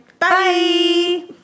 Bye